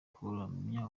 kuramya